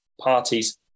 parties